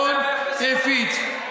הביטחון הפיץ.